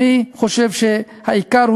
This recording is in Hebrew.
אני חושב שהעיקר,